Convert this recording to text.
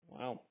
Wow